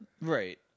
right